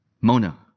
Mona